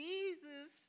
Jesus